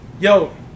Yo